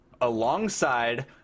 Alongside